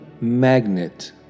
magnet